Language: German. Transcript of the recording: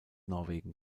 norwegen